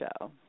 show